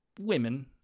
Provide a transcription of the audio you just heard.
women